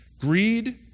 Greed